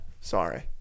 Sorry